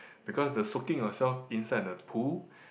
because the soaking yourself inside the pool